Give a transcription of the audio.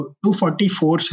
244